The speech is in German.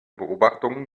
beobachtungen